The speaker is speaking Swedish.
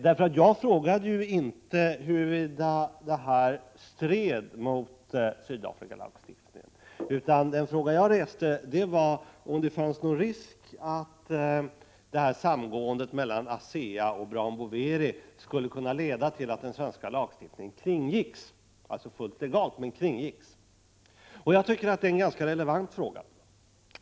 Jag frågade inte huruvida samgåendet mellan ASEA och Brown Boveri stred mot Sydafrikalagstiftningen, utan min fråga var om det fanns någon risk att samgåendet skulle kunna leda till att den svenska lagstiftningen kringgicks, låt vara fullt legalt. Jag tycker att detta är en ganska relevant fråga.